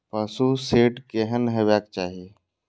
पशु शेड केहन हेबाक चाही?